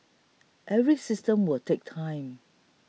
every system will take time